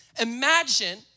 Imagine